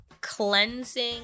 cleansing